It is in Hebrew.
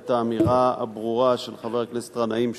את האמירה הברורה של חבר הכנסת גנאים,